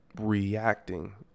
reacting